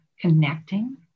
connecting